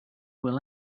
will